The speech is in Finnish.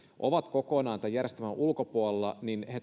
ovat kokonaan tämän järjestelmän ulkopuolella